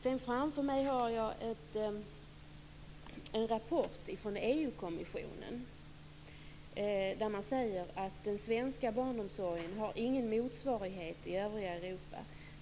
Framför mig har jag en rapport från EU kommissionen, där man säger att den svenska barnomsorgen inte har någon motsvarighet i övriga Europa.